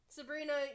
Sabrina